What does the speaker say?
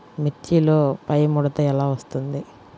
మిర్చిలో పైముడత ఎలా వస్తుంది?